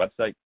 website